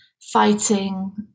fighting